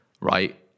right